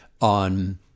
on